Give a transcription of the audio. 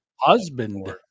Husband